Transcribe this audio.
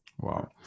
Wow